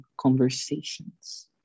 conversations